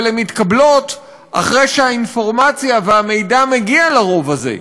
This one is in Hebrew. אבל הן מתקבלות אחרי שהאינפורמציה והמידע מגיע לרוב הזה.